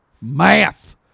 Math